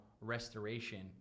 restoration